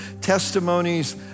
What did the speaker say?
testimonies